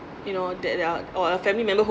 you know that there are or a family member who